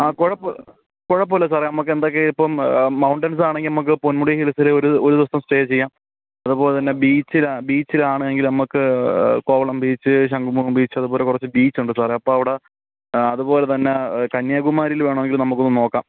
ആ കുഴപ്പം കുഴപ്പമില്ല സാറേ നമുക്കെന്തൊക്കെയായിപ്പം മൗണ്ടൈൻസ് ആണെങ്കിൽ നമുക്ക് പൊൻമുടി ഹിൽസിൽ ഒരു ഒരു ദിവസത്തെ സ്റ്റേ ചെയ്യാം അതുപോലെ തന്നെ ബീച്ചിലാണ് ബീച്ചിലാണെങ്കിൽ നമുക്ക് കോവളം ബീച്ച് ശംഖുമുഖം ബീച്ച് അതുപോലെ കുറച്ചു ബീച്ചുണ്ട് സാറേ അപ്പോൾ അവിടെ അതുപോലെ തന്നെ കന്യാകുമാരീൽ വേണമെങ്കിൽ നമുക്കൊന്നു നോക്കാം